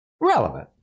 relevant